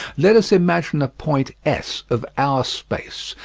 let us imagine a point s of our space,